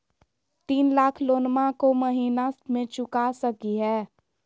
तीन लाख लोनमा को महीना मे चुका सकी हय?